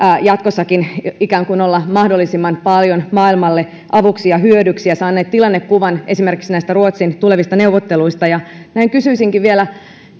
jatkossakin ikään kuin olla mahdollisimman paljon maailmalle avuksi ja hyödyksi ja saadaksemme tilannekuvan esimerkiksi näistä ruotsin tulevista neuvotteluista näin kysyisinkin vielä